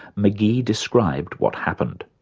magee described what happened.